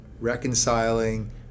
reconciling